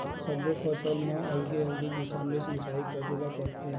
सब्बो फसल म अलगे अलगे किसम ले सिचई करे ल परथे